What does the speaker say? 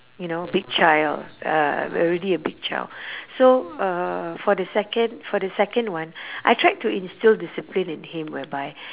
you know big child uh already a big child so uh for the second for the second one I tried to instil discipline in him whereby